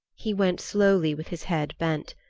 he went slowly with his head bent,